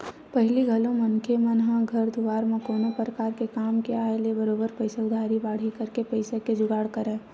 पहिली घलो मनखे मन ह घर दुवार म कोनो परकार के काम के आय ले बरोबर पइसा उधारी बाड़ही करके पइसा के जुगाड़ करय